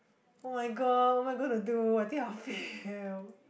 [oh]-my-god what am I gonna do I think I'll fail